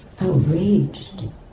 outraged